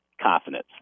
confidence